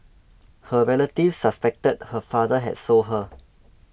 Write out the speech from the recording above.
her relatives suspected her father had sold her